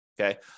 okay